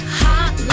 hot